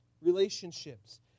relationships